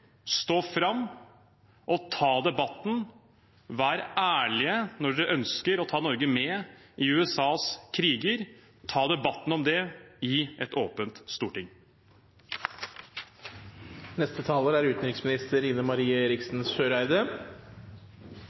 Stå fram og ta debatten. Vær ærlig når man ønsker å ta Norge med i USAs kriger. Ta debatten om det i et åpent storting. Det er